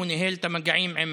הוא ניהל את המגעים עם